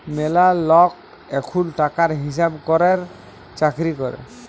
ম্যালা লক এখুল টাকার হিসাব ক্যরের চাকরি ক্যরে